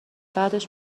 بعدش